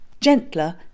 gentler